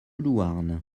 louarn